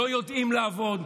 לא יודעים לעבוד,